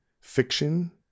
fiction